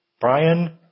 Brian